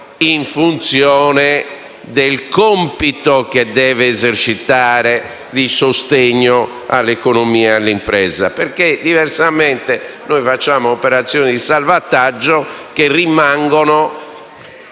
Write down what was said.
in funzione del compito che deve esercitare di sostegno all'economia e all'impresa. Diversamente, faremmo operazioni di salvataggio che rimangono